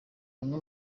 bamwe